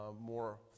more